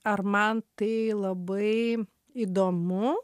ar man tai labai įdomu